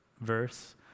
verse